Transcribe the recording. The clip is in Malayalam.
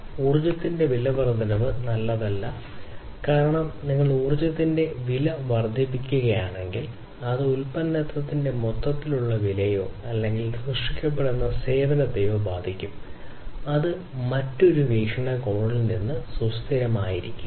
ഊർജ്ജത്തിന്റെ വില വർദ്ധനവ് നല്ലതല്ല കാരണം നിങ്ങൾ ഊർജ്ജത്തിന്റെ വില വർദ്ധിപ്പിക്കുകയാണെങ്കിൽ അത് ഉൽപ്പന്നത്തിന്റെ മൊത്തത്തിലുള്ള വിലയെയോ അല്ലെങ്കിൽ സൃഷ്ടിക്കപ്പെടുന്ന സേവനത്തെയോ ബാധിക്കും അത് മറ്റൊരു വീക്ഷണകോണിൽ നിന്ന് സുസ്ഥിരമായിരിക്കില്ല